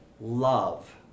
love